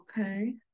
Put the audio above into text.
Okay